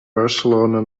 barcelona